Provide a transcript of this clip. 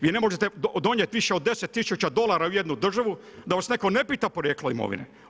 Vi ne možete donijeti više od 10000 dolara u jednu državu da vas netko ne pita porijeklo imovine.